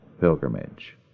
pilgrimage